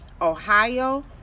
Ohio